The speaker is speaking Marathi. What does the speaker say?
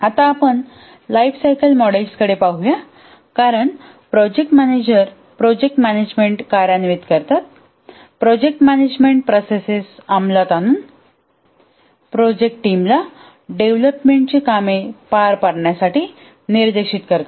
आता आपण लाइफ सायकल मॉडेल्सकडे पाहूया कारण प्रोजेक्ट मॅनेजर प्रोजेक्ट मॅनेजमेंट कार्यान्वित करतात प्रोजेक्ट मॅनेजमेंट प्रोसेस अंमलात आणून प्रोजेक्ट टीमला डेव्हलपमेंटची कामे पार पाडण्यासाठी निर्देशित करतात